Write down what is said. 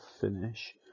finish